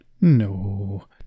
No